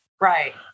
Right